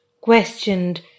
questioned